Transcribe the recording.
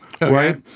Right